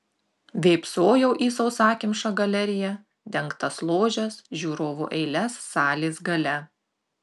vėpsojau į sausakimšą galeriją dengtas ložes žiūrovų eiles salės gale